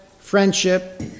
friendship